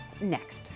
next